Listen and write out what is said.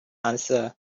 answered